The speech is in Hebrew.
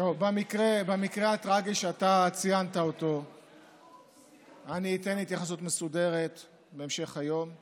למקרה הטרגי שאתה ציינת אני אתן התייחסות מסודרת בהמשך היום,